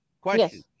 question